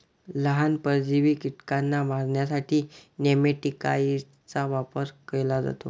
लहान, परजीवी कीटकांना मारण्यासाठी नेमॅटिकाइड्सचा वापर केला जातो